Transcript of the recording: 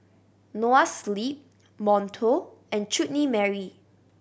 Noa Sleep Monto and Chutney Mary